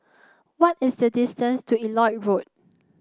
what is the distance to Elliot Road